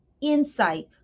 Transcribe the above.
insight